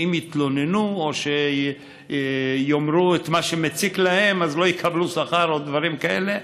שאם יתלוננו או יאמרו את מה שמציק להם לא יקבלו שכר או דברים כאלה.